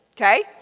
Okay